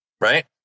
right